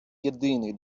єдиний